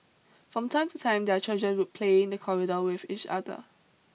from time to time their children would play in the corridor with each other